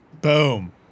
Boom